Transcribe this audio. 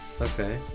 Okay